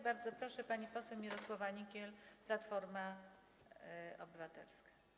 Bardzo proszę, pani poseł Mirosława Nykiel, Platforma Obywatelska.